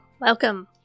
welcome